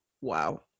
Wow